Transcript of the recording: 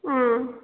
ஆ